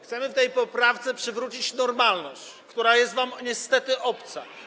Chcemy w tej poprawce przywrócić normalność, która jest wam niestety obca.